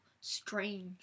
strange